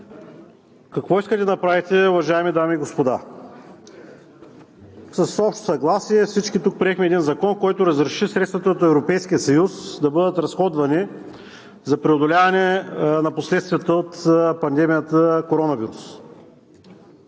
Какво искате да направите, уважаеми дами и господа? С общо съгласие всички тук приехме закон, който разреши средствата от Европейския съюз да бъдат разходвани за преодоляване на последствията от пандемията коронавирус.